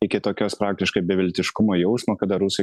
iki tokios praktiškai beviltiškumo jausmo kada rusai